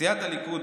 סיעת הליכוד,